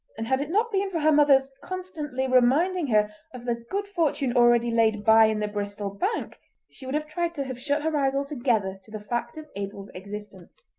and had it not been for her mother's constantly reminding her of the good fortune already laid by in the bristol bank she would have tried to have shut her eyes altogether to the fact of abel's existence.